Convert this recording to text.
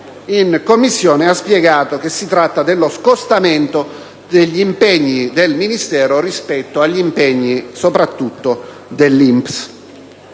in Commissione ha spiegato che si tratta dello scostamento degli impegni del Ministero rispetto agli impegni soprattutto dell'INPS.